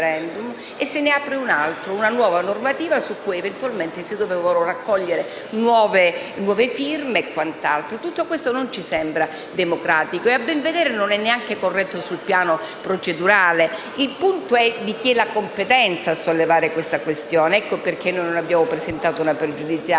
e se ne apre un altro: una nuova normativa su cui eventualmente si dovranno raccogliere nuove firme. Tutto questo non ci sembra democratico e a ben vedere non è nemmeno corretto sul piano procedurale. Il punto è di chi sia la competenza a sollevare tale questione. Per questo non abbiamo presentato una questione